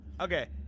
Okay